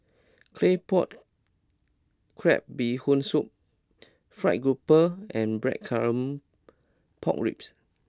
Claypot Crab Bee Hoon Soup Fried Grouper and Blackcurrant Pork Ribs